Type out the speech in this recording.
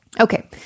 Okay